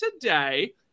today